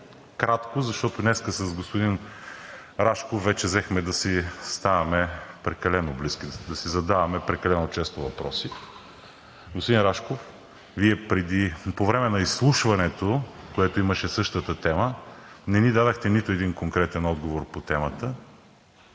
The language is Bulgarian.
кратко, защото днес с господин Рашков вече взехме да си ставаме прекалено близки – да си задаваме прекалено често въпроси. Господин Рашков, по време на изслушването, което имаше същата тема, не ни дадохте нито един конкретен отговор по темата